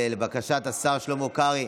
לבקשת השר שלמה קרעי